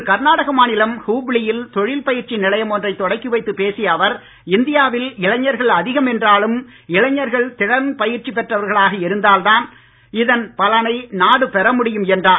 இன்று கர்நாடக மாநிலம் ஹுப்ளியில் தொழில் பயிற்சி நிலையம் ஒன்றை தொடக்கி வைத்து பேசிய அவர் இந்தியாவில் இளைஞர்கள் அதிகம் என்றாலும் இளைஞர்கள் திறன் பயிற்சி பெற்றவர்களாக இருந்தால் தான் இதன் பலனை நாடு பெற முடியும் என்றார்